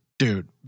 Dude